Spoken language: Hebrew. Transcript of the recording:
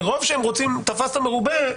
מרוב שהם רוצים תפסת מרובה,